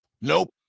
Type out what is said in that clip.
Nope